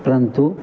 परंतु